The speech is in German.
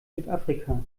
südafrika